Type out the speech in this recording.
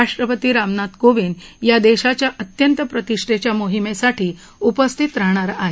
राष्ट्रपती रामनाथ कोविंद या देशाच्या अत्यंत प्रतिष्ठेच्या मोहिमेसाठी उपस्थित राहणार आहेत